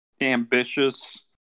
ambitious